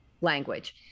language